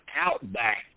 Outback